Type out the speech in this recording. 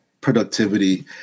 productivity